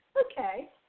Okay